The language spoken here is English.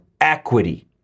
equity